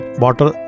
water